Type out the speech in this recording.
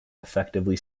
effectively